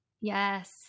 yes